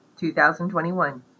2021